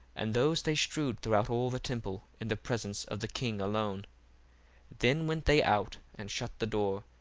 and those they strewed throughout all the temple in the presence of the king alone then went they out, and shut the door,